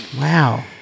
Wow